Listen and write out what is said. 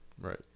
Right